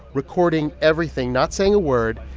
recording everything, not saying a word.